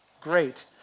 great